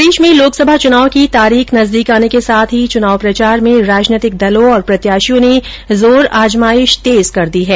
प्रदेश में लोकसभा चुनाव की तारीख नजदीक आने के साथ ही चुनाव प्रचार में राजनैतिक दलों और प्रत्याशियों ने जोर आजमाइश तेज कर दी है